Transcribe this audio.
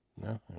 no